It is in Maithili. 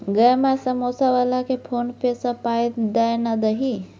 गै माय समौसा बलाकेँ फोने पे सँ पाय दए ना दही